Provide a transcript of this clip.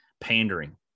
pandering